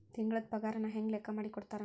ತಿಂಗಳದ್ ಪಾಗಾರನ ಹೆಂಗ್ ಲೆಕ್ಕಾ ಮಾಡಿ ಕೊಡ್ತಾರಾ